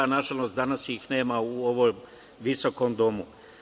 Nažalost, danas ih nema u ovom visokom domu.